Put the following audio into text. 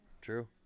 True